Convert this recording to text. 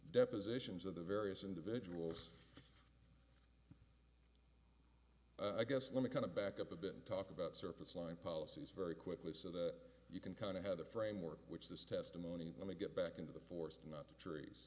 depositions of the various individuals i guess let me kind of back up a bit and talk about surface line policies very quickly so that you can kind of have the framework which this testimony when we get back into the forest not the trees